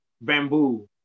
bamboo